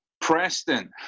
preston